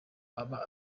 aba